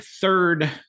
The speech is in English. third